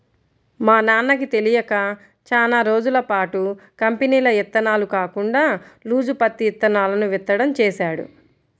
మా నాన్నకి తెలియక చానా రోజులపాటు కంపెనీల ఇత్తనాలు కాకుండా లూజు పత్తి ఇత్తనాలను విత్తడం చేశాడు